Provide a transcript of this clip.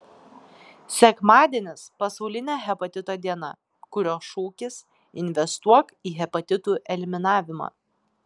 sekmadienis pasaulinė hepatito diena kurios šūkis investuok į hepatitų eliminavimą